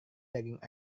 daging